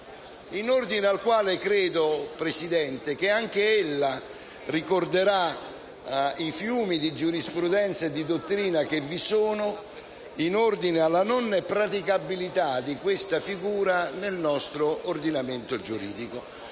in ordine al quale credo, signor Presidente, che anche ella ricorderà i fiumi di giurisprudenza e di dottrina che vi sono in ordine alla non praticabilità di questa figura nel nostro ordinamento giuridico.